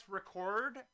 record